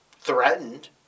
threatened